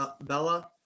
Bella